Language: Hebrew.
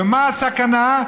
ומה הסכנה?